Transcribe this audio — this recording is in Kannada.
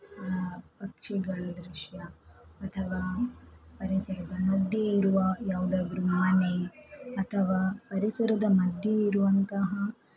ಪಕ್ಷಿಗಳ ದೃಶ್ಯ ಅಥವಾ ಪರಿಸರದ ಮಧ್ಯೆ ಇರುವ ಯಾವುದಾದರೂ ಮನೆ ಅಥವಾ ಪರಿಸರದ ಮಧ್ಯೆ ಇರುವಂತಹ